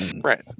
Right